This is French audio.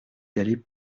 d’aller